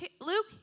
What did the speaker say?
Luke